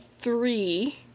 three